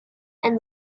and